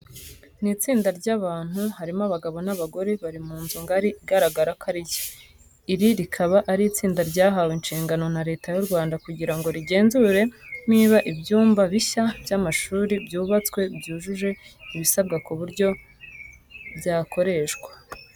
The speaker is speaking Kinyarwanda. Ni itsinda ry'abantu harimo abagabo n'abagore, bari mu nzu ngari igaragara ko ari nshya. Iri rikaba ari itsinda ryahawe inshingano na Leta y'u Rwanda kugira ngo rigenzure niba ibyumba bishya by'amashuri byubatswe byujuje ibisabwa ku buryo byakoreshwa.